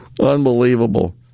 unbelievable